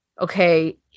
okay